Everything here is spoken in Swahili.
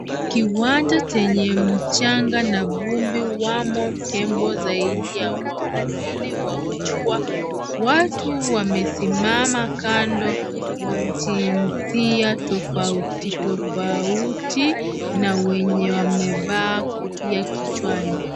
Kiwanja chenye mchanga na vumbi wamo tembo zaidi ya waiwili wakubwa . Watu wamesimama kando wa jinsia tofauti tofauti na wenye wamevaa kofia kichwani.